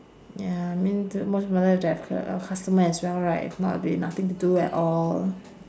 ya I mean t~ most more like~ to have cu~ uh customer as well right if not we nothing to do at all